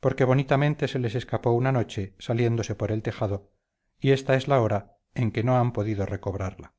porque bonitamente se les escapó una noche saliéndose por el tejado y esta es la hora en que no han podido recobrarla